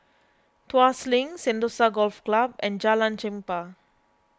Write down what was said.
Tuas Link Sentosa Golf Club and Jalan Chempah